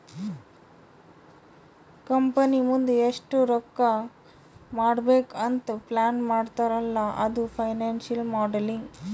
company ಮುಂದ್ ಎಷ್ಟ ರೊಕ್ಕಾ ಮಾಡ್ಬೇಕ್ ಅಂತ್ ಪ್ಲಾನ್ ಮಾಡ್ತಾರ್ ಅಲ್ಲಾ ಅದು ಫೈನಾನ್ಸಿಯಲ್ ಮೋಡಲಿಂಗ್